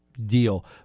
deal